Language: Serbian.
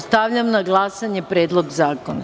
Stavljam na glasanje Predlog zakona.